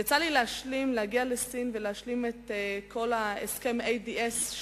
יצא לי להגיע לסין ולהשלים את הסכם ADS,